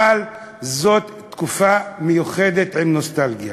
אבל זאת תקופה מיוחדת, עם נוסטלגיה.